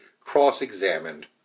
cross-examined